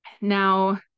Now